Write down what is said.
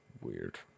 weird